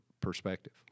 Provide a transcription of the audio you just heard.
perspective